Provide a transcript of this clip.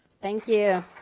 thank you